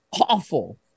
awful